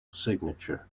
signature